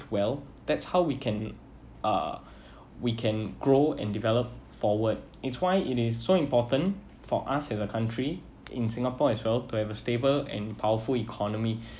well that's how we can uh we can grow and develop forward it's why it is so important for us as a country in singapore as well to have a stable and powerful economy